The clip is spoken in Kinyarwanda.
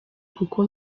kuko